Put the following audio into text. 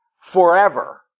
forever